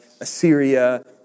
Assyria